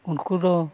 ᱩᱱᱠᱩ ᱫᱚ